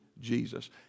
Jesus